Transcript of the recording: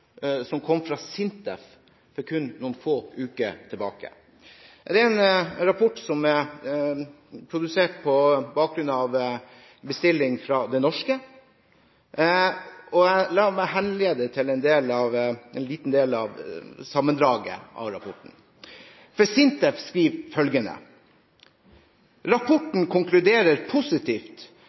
som kom fra SINTEF for kun noen få uker tilbake. Det er en rapport som er produsert på bestilling fra Det norske. La meg henlede oppmerksomheten på en liten del av sammendraget av rapporten. SINTEF skriver, i min oversettelse, følgende: Rapporten konkluderer positivt